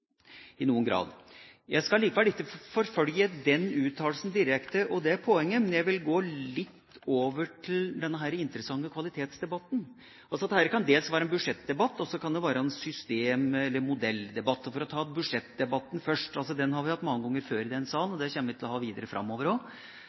i noen grad. Jeg skal likevel ikke forfølge den uttalelsen direkte og det poenget, men jeg vil gå litt over til den interessante kvalitetsdebatten. Dette kan altså dels være en budsjettdebatt, og så kan det være en system- eller modelldebatt. For å ta budsjettdebatten først: Den har vi hatt mange ganger før i denne salen,